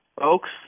folks